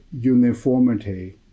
uniformity